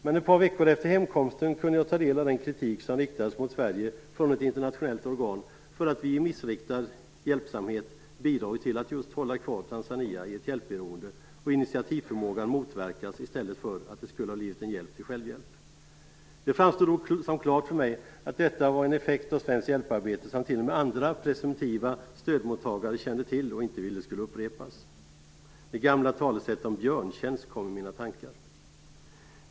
Men ett par veckor efter hemkomsten kunde jag ta del av den kritik som riktades mot Sverige från ett internationellt organ för att vi i missriktad hjälpsamhet bidragit till att just hålla kvar Tanzania i ett hjälpberoende. Initiativförmågan motverkas i stället för att det blir en hjälp till självhjälp. Det framstod som klart för mig att detta var en effekt av svenskt hjälparbete som t.o.m. andra presumtiva stödmottagare kände till och inte ville skulle upprepas. Det gamla talesättet om björnstjänster kom i mina tankar.